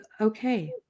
okay